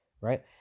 right